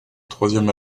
troisième